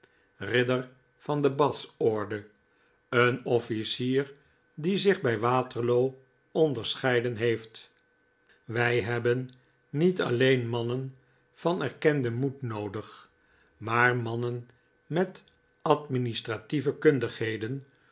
ridder van de bath orde een offlcier die zich bij waterloo onderscheiden heeft wij hebben niet alleen mannen van erkenden moed noodig maar mannen met administratieve